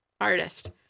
artist